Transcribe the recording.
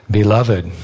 beloved